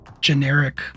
generic